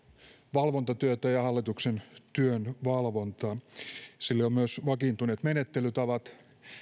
valvontatyötä ja hallituksen työn valvontaa sille on myös vakiintuneet menettelytavat